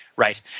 Right